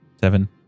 seven